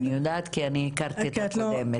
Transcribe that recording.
אני יודעת כי אני הכרתי את הקודמת.